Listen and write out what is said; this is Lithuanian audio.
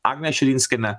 agnė širinskienė